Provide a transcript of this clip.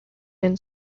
and